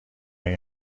این